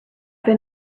been